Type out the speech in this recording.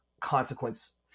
consequence